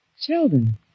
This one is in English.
children